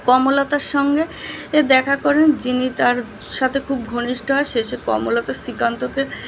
কমললতার সঙ্গে এ দেখা করেন যিনি তার সাথে খুব ঘনিষ্ঠ হয় শেষে কমললতা শ্রীকান্তকে